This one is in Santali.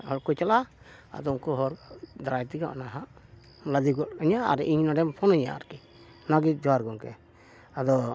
ᱦᱚᱲ ᱠᱚ ᱪᱟᱞᱟᱜᱼᱟ ᱟᱫᱚ ᱩᱱᱠᱩ ᱦᱚᱲ ᱫᱟᱨᱟᱭ ᱛᱮᱜᱮ ᱚᱱᱟ ᱱᱟᱦᱟᱜ ᱞᱟᱫᱮ ᱜᱚᱫ ᱟᱹᱧᱟᱹ ᱟᱨ ᱤᱧ ᱱᱚᱰᱮᱢ ᱯᱷᱳᱱᱟᱹᱧᱟᱹ ᱟᱨᱠᱤ ᱚᱱᱟᱜᱮ ᱡᱚᱦᱟᱨ ᱜᱚᱢᱠᱮ ᱟᱫᱚ